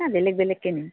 অঁ বেলেগ বেলেগকে নিম